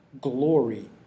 glory